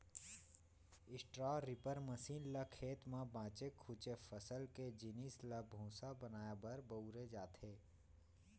straw reaper machine ल खेत म बाचे खुचे फसल के जिनिस ल भूसा बनाए बर बउरे जाथे